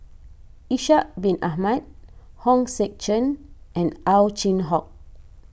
Ishak Bin Ahmad Hong Sek Chern and Ow Chin Hock